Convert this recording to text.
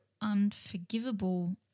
unforgivable